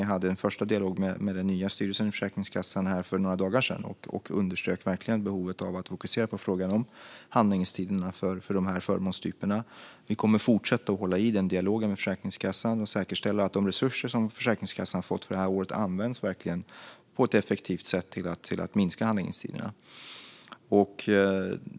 Jag hade för några dagar sedan en första dialog med Försäkringskassans nya styrelse och underströk då verkligen behovet av att fokusera på frågan om handläggningstiderna för dessa förmånstyper. Vi kommer att fortsätta att hålla en dialog med Försäkringskassan och säkerställa att de resurser som man fått för det här året används effektivt för att minska handläggningstiderna.